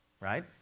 right